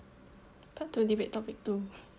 part two of debate topic two